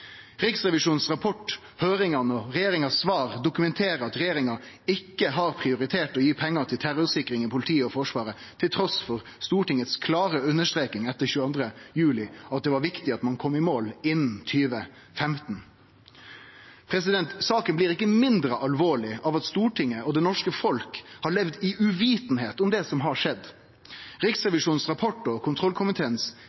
Riksrevisjonens rapport, høyringane og svara frå regjeringa dokumenterer at regjeringa ikkje har prioritert å gi pengar til terrorsikring i politiet og Forsvaret, trass i Stortingets klare understreking etter 22. juli om at det var viktig at ein kom i mål innan 2015. Saka blir ikkje mindre alvorleg av at Stortinget og det norske folk har levd i uvisse om det som har skjedd.